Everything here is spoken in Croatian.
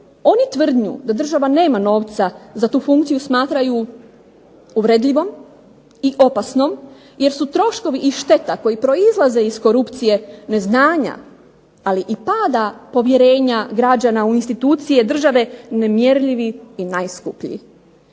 Oni tvrdnju da država nema novca za tu funkciju smatraju uvredljivom i opasnom, jer su troškovi i šteta koji proizlaze iz korupcije neznanja, ali i pada povjerenja građana u institucije države nemjerljivi i najskuplji.